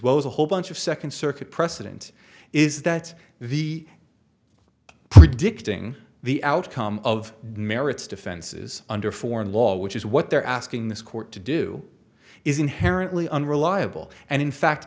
well as a whole bunch of second circuit precedent is that the predicting the outcome of merits defenses under foreign law which is what they're asking this court to do is inherently unreliable and in fact